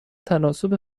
تناسب